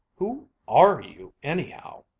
who are you, anyhow?